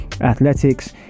athletics